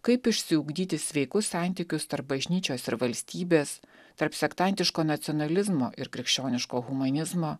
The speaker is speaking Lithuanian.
kaip išsiugdyti sveikus santykius tarp bažnyčios ir valstybės tarp sektantiško nacionalizmo ir krikščioniško humanizmo